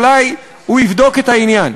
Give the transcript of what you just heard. אולי הוא יבדוק את העניין.